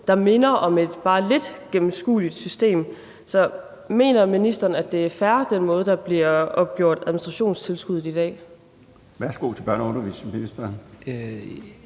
der minder om et bare lidt gennemskueligt system. Så mener ministeren, at den måde, der bliver opgjort administrationstilskud på i dag, er fair? Kl. 13:30 Den